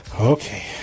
Okay